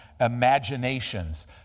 Imaginations